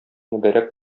мөбарәк